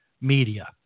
media